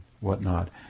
whatnot